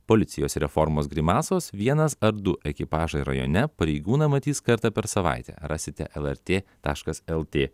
policijos reformos grimasos vienas ar du ekipažai rajone pareigūną matys kartą per savaitę rasite lrt taškas lt